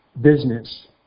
business